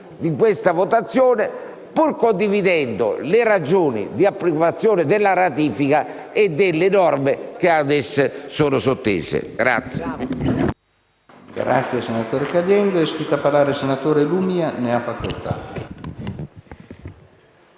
in questa votazione, pur condividendo le ragioni dell'approvazione della ratifica e delle norme ad essa sottese.